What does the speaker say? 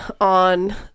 on